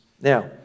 Now